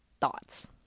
thoughts